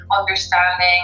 understanding